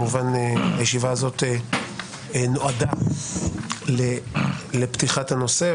הישיבה הזאת נועדה לפתיחת הנושא,